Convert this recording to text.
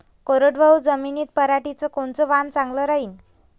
कोरडवाहू जमीनीत पऱ्हाटीचं कोनतं वान चांगलं रायीन?